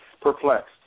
Perplexed